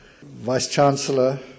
Vice-Chancellor